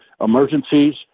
emergencies